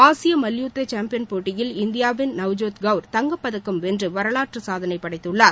ஆசிய மல்யுத்த சாம்பியன் போட்டியில் இந்தியாவின் நவ்ஜோத் கவுர் தங்கப்பதக்கம் வென்று வரலாற்றுச் சாதனை படைத்துள்ளார்